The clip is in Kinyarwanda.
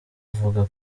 avuga